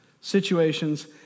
situations